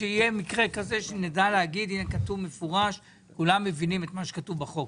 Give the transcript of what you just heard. כשיהיה מקרה כזה שנדע להבין את מה שכתוב בחוק,